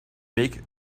make